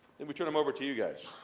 then we turn them over to you guys.